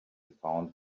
found